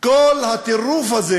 כל הטירוף הזה